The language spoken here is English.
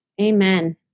Amen